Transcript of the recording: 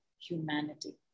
humanity